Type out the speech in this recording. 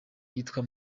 yitwa